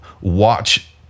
watch